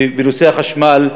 בנושא החשמל,